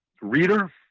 reader